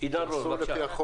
עידון רול, בבקשה.